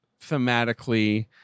thematically